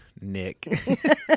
Nick